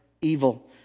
evil